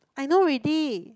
I know already